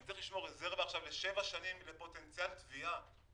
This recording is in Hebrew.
אני צריך לשמור רזרבה לשבע שנים כפוטנציאל תביעה,